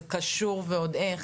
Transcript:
זה קשור ועוד איך.